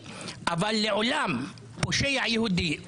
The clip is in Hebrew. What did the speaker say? אבל לעולם פושע יהודי,